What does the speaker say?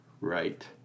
right